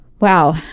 Wow